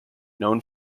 known